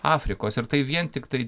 afrikos ir tai vien tiktai